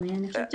משפטי.